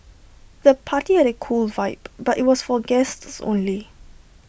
the party had A cool vibe but IT was for guests only